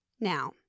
Now